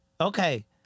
Okay